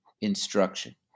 instruction